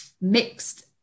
mixed